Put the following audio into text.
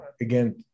again